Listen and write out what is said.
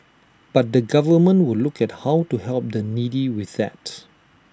but the government will look at how to help the needy with that